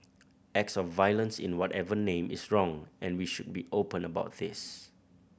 acts of violence in whatever name is wrong and we should be open about this